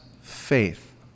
faith